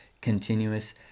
continuous